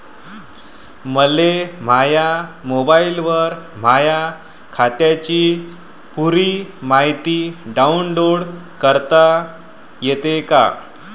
मले माह्या मोबाईलवर माह्या खात्याची पुरी मायती डाऊनलोड करता येते का?